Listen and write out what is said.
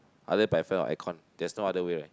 either by fan or air con there's no other way right